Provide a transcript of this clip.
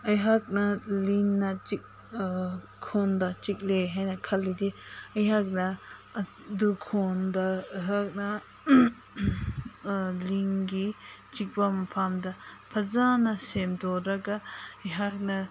ꯑꯩꯍꯥꯛꯅ ꯂꯤꯟꯅ ꯈꯣꯡꯗ ꯆꯤꯛꯂꯦ ꯍꯥꯏꯅ ꯈꯜꯂꯗꯤ ꯑꯩꯍꯥꯛꯅ ꯑꯗꯨ ꯈꯣꯡꯗ ꯑꯩꯍꯥꯛꯅ ꯂꯤꯟꯒꯤ ꯆꯤꯛꯄ ꯃꯐꯝꯗ ꯐꯖꯅ ꯁꯦꯡꯗꯣꯛꯂꯒ ꯑꯩꯍꯥꯛꯅ